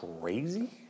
crazy